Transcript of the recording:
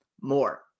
more